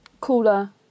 cooler